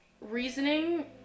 reasoning